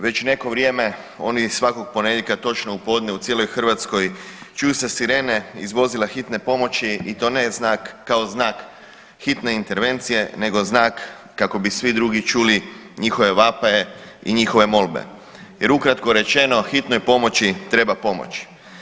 Već neko vrijeme oni svakog ponedjeljka točno u podne u cijeloj Hrvatskoj čuju se sirene iz vozila hitne pomoći i to ne kao znak hitne intervencije nego znak kako bi svi drugi čuli njihove vapaje i njihove molbe jer ukratko rečeno hitnoj pomoći treba pomoć.